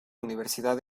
universidad